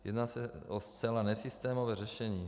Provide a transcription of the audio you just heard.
Jedná se o zcela nesystémové řešení.